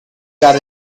got